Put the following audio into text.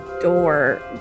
door